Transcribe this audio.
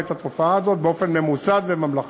את התופעה הזאת באופן ממוסד וממלכתי.